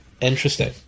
Interesting